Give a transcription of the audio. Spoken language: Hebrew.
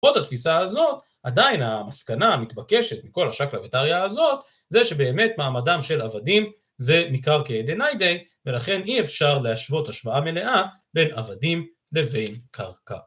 פה את התפיסה הזאת, עדיין המסקנה המתבקשת מכל השקלא וטריא הזאת, זה שבאמת מעמדם של עבדים זה ניכר כידי ניידי, ולכן אי אפשר להשוות השוואה מלאה בין עבדים לבין קרקע.